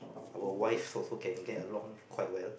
our wives also can get along quite well